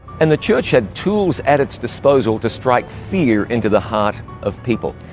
and the church had tools at its disposal to strike fear into the heart of people,